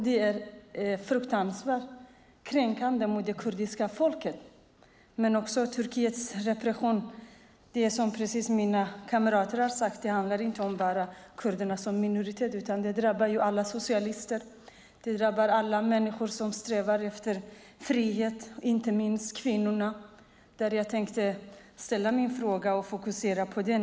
Det är fruktansvärt kränkande mot det kurdiska folket, men Turkiets repression handlar, precis som mina kamrater har sagt, inte bara om kurderna som minoritet utan den drabbar alla socialister. Den drabbar alla människor som strävar efter frihet, inte minst kvinnorna. Jag tänkte sätta fokus på dem när jag ställer min fråga.